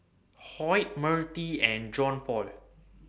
Hoyt Mertie and Johnpaul